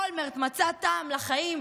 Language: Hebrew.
אולמרט מצא טעם לחיים,